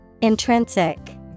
Intrinsic